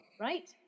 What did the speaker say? right